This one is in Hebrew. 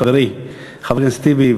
חברי חבר הכנסת טיבי,